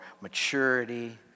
maturity